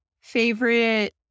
Favorite